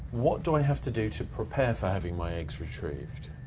what do i have to do to prepare for having my eggs retrieved?